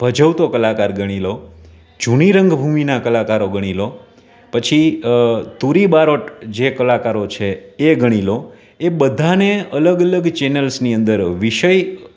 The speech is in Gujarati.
ભજવતો કલાકાર ગણી લો જૂની રંગભૂમિનાં કલાકારો ગણી લો પછી તૂરી બારોટ જે કલાકારો છે એ ગણી લો એ બધાને અલગ અલગ ચેનલ્સની અંદર વિષય